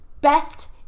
best